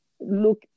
look